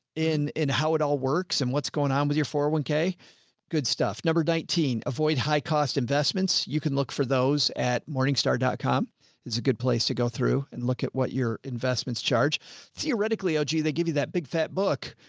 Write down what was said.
in, in how it all works and what's going on with your four hundred and one k good stuff. number nineteen, avoid high cost investments. you can look for those at morningstar dot com is a good place to go through and look at what your investments charge theoretically. oh, gee, they give you that big fat book.